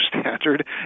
standard